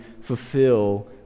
fulfill